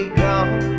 gone